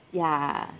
ya